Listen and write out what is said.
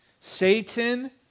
Satan